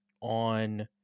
on